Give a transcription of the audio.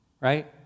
right